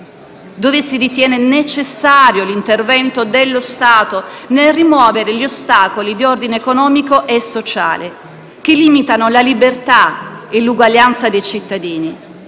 quali si ritiene necessario l'intervento dello Stato nel rimuovere gli ostacoli di ordine economico e sociale che limitano la libertà e l'uguaglianza dei cittadini.